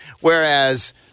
Whereas